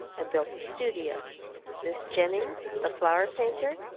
and built a studio miss jennings, the flower-painter,